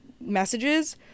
messages